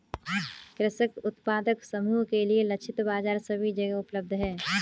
कृषक उत्पादक समूह के लिए लक्षित बाजार सभी जगह उपलब्ध है